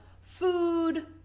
food